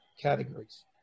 categories